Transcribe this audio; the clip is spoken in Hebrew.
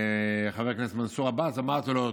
חבר הכנסת מנסור עבאס, ואמרתי לו: